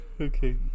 okay